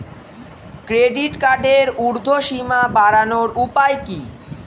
Credit কার্ডের উর্ধ্বসীমা বাড়ানোর উপায় কি?